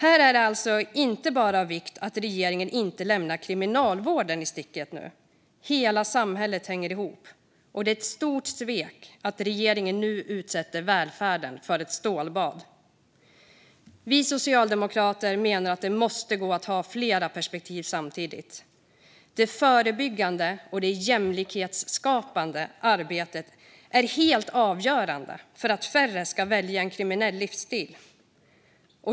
Här är det alltså inte bara av vikt att regeringen inte lämnar Kriminalvården i sticket. Hela samhället hänger ihop, och det är ett stort svek att regeringen nu utsätter välfärden för ett stålbad. Vi socialdemokrater menar att det måste gå att ha flera perspektiv samtidigt. Det förebyggande och det jämlikhetsskapande arbetet är helt avgörande för att färre ska välja en kriminell livsstil.